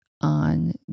on